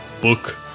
book